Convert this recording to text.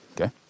Okay